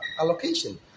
allocation